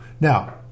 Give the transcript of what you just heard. Now